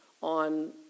on